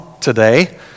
today